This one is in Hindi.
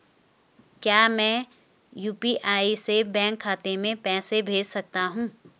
क्या मैं यु.पी.आई से बैंक खाते में पैसे भेज सकता हूँ?